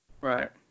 right